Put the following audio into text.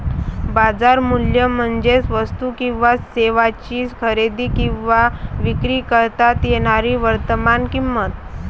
बाजार मूल्य म्हणजे वस्तू किंवा सेवांची खरेदी किंवा विक्री करता येणारी वर्तमान किंमत